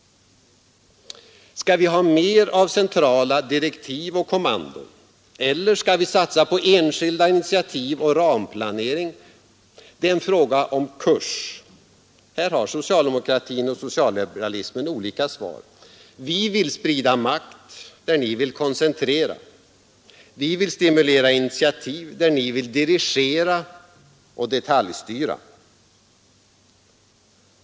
Skall vi ha mer av centrala direktiv och kommandon =— eller skall vi satsa på enskilda initiativ och ramplanering? Det är en fråga om kurs. Här har socialdemokratin och socialliberalismen olika svar. Vi vill sprida makt, där ni vill koncentrera. Vi vill stimulera initiativ, där ni vill dirigera och detaljstyra.